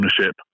ownership